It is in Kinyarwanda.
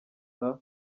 saa